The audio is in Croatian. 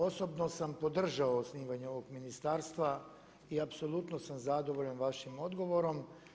Osobno sam podržao osnivanje ovog ministarstva i apsolutno sam zadovoljan vašim odgovorom.